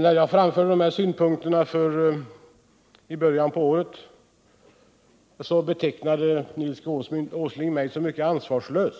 När jag framförde de här synpunkterna i början av året betecknade Nils Åsling mig som mycket ansvarslös,